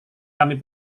kami